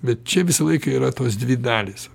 bet čia visą laiką yra tos dvi dalys